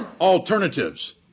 alternatives